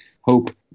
hope